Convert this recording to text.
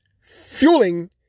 fueling